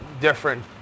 different